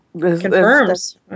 confirms